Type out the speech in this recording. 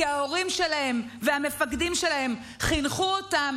כי ההורים שלהם והמפקדים שלהם חינכו אותם